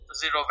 zero